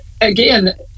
again